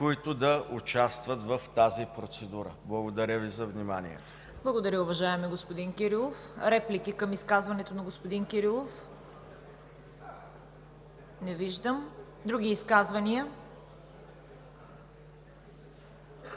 които да участват в тази процедура. Благодаря Ви за вниманието. ПРЕДСЕДАТЕЛ ЦВЕТА КАРАЯНЧЕВА: Благодаря, уважаеми господин Кирилов. Реплики към изказването на господин Кирилов? Не виждам. Други изказвания?